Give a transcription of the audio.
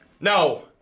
No